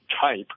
type